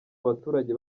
abaturage